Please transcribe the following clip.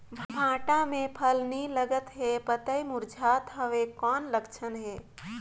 भांटा मे फल नी लागत हे पतई मुरझात हवय कौन लक्षण हे?